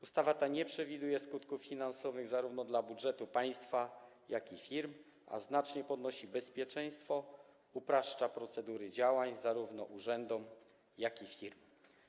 Ustawa nie przewiduje skutków finansowych zarówno dla budżetu państwa, jak i firm, a znacznie podnosi poziom bezpieczeństwa, upraszcza procedury działań zarówno urzędów, jak i firm.